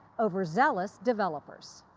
overzealous developers.